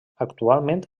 actualment